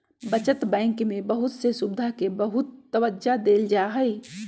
बचत बैंक में बहुत से सुविधा के बहुत तबज्जा देयल जाहई